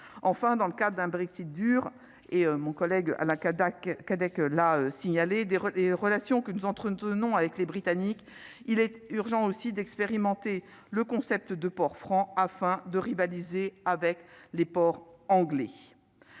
enfin, dans le cas d'un Brexit dur et mon collègue à la Cadac Cadec que la signaler des des relations que nous entretenons avec les Britanniques, il est urgent aussi d'expérimenter le concept de port franc afin de rivaliser avec les ports anglais,